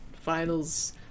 finals